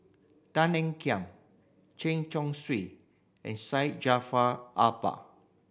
Tan Ean Kiam Chen Chong Swee and Syed Jaafar Albar